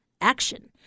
Action